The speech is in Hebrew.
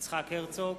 יצחק הרצוג,